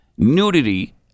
nudity